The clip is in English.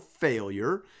failure